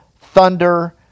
thunder